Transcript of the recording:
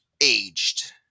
aged